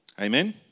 Amen